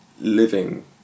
living